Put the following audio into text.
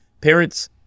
parents